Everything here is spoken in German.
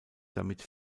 damit